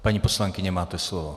Paní poslankyně, máte slovo.